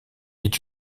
est